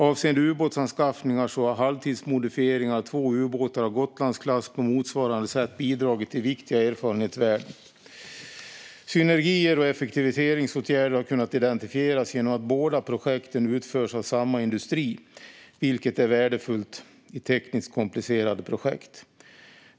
Avseende ubåtsanskaffningar har halvtidsmodifieringen av två ubåtar av Gotlandsklass på motsvarande sätt bidragit till viktiga erfarenhetsvärden. Synergier och effektiviseringsåtgärder har kunnat identifieras genom att båda projekten utförs av samma industri, vilket är värdefullt i tekniskt komplicerade projekt.